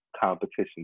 competition